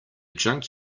junk